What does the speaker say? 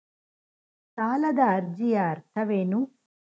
ಸಾಲದ ಅರ್ಜಿಯ ಅರ್ಥವೇನು?